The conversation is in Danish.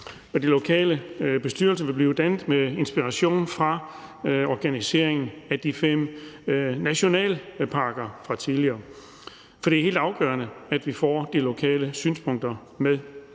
De lokale bestyrelser vil blive dannet med inspiration fra organiseringen af de fem nationalparker fra tidligere. For det er helt afgørende, at vi får de lokale synspunkter med.